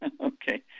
Okay